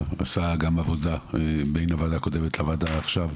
ועשה עבודה בין הוועדה הקודמת לוועדה הנוכחית,